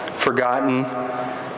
forgotten